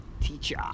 teacher